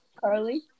Carly